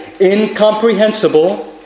incomprehensible